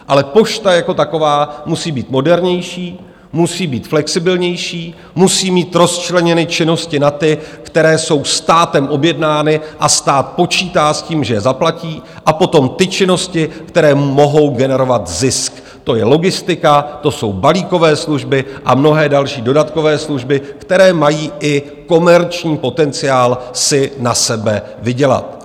Ale pošta jako taková musí být modernější, musí být flexibilnější, musí mít rozčleněny činnosti na ty, které jsou státem objednány a stát počítá s tím, že je zaplatí, a potom činnosti, které mohou generovat zisk, to je logistika, to jsou balíkové služby a mnohé další dodatkové služby, které mají i komerční potenciál si na sebe vydělat.